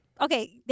okay